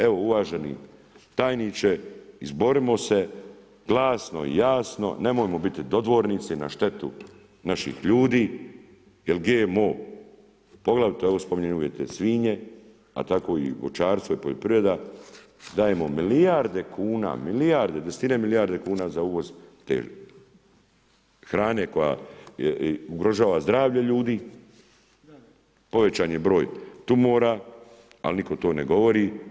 Evo, uvaženi tajniče, izborimo se glasno i jasno, nemojmo biti dodvornici na štetu naših ljudi jel GMO, poglavito spominjem ... svinje, a tako i voćarstvo i poljoprivreda, dajemo milijarde kuna, desetine milijardi kuna za uvoz te hrane koja ugrožava zdravlje ljudi, povećan je broj tumora, al niko to ne govori.